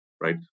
right